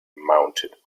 mounted